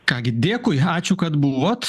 ką gi dėkui ačiū kad buvot